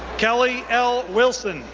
kelly l. wilson,